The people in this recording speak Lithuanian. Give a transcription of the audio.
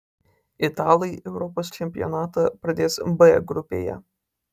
italai europos čempionatą pradės b grupėje